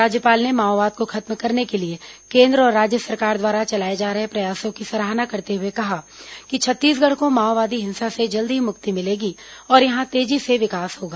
राज्यपाल ने माओवाद को खत्म करने के लिए केन्द्र और राज्य सरकार द्वारा चलाए जा रहे प्रयासों की सराहना करते हए कहा कि छत्तीसगढ को माओवादी हिंसा से जल्द ही मुक्ति मिलेगी और यहां तेजी से विकास होगा